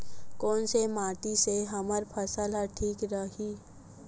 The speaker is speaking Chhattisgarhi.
कोन से माटी से हमर फसल ह ठीक रही?